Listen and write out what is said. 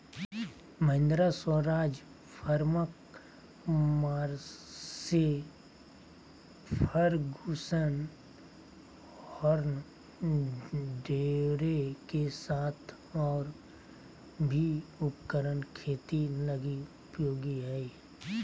Mahindra, Swaraj, Farmtrac, Massey Ferguson John Deere के साथ और भी उपकरण खेती लगी उपयोगी हइ